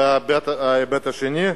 וההיבט השני: